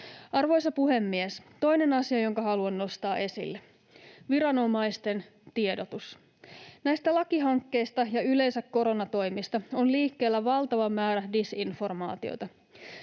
Arvoisa puhemies! Toinen asia, jonka haluan nostaa esille: viranomaisten tiedotus. Näistä lakihankkeista ja yleensä koronatoimista on liikkeellä valtava määrä disinformaatiota.